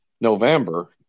November